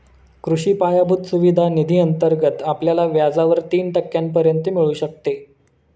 कृषी पायाभूत सुविधा निधी अंतर्गत आपल्याला व्याजावर तीन टक्क्यांपर्यंत मिळू शकते